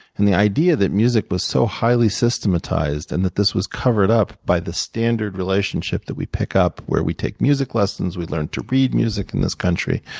and the idea that music was so highly systematized, and that this was covered up by the standard relationship that we pick up where we take music lessons, we learn to read music in this country